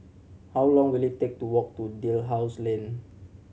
how long will it take to walk to Dalhousie Lane